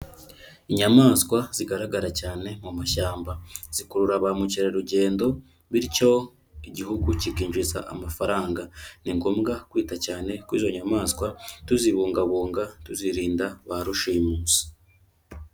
Inyamaswa zigaragara cyane mu mashyamba zikurura ba mukerarugendo bityo igihugu kikinjiza amafaranga, ni ngombwa kwita cyane kuri izo nyamaswa tuzibungabunga tuzirinda ba rushimusi.